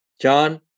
John